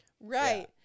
right